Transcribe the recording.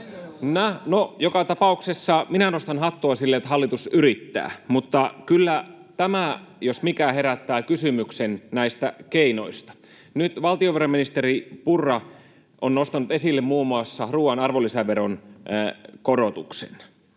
joka tapauksessa minä nostan hattua sille, että hallitus yrittää, mutta kyllä tämä jos mikä herättää kysymyksen näistä keinoista. Nyt valtiovarainministeri Purra on nostanut esille muun muassa ruuan arvonlisäveron korotuksen.